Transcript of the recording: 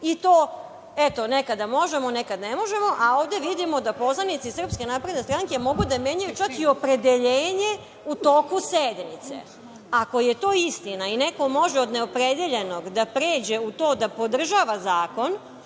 i to nekada možemo, a nekad ne možemo, a onda vidimo da poslanici SNS mogu da menjaju čak i opredeljenje u toku sednice. Ako je to istina i neko može od neopredeljenog da pređe u to da podržava zakon